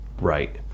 Right